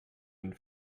and